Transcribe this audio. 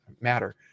matter